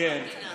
אתה חלק מהממשלה.